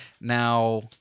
Now